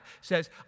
says